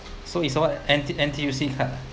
so it's what N_T N_T_U_C card ah